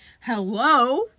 hello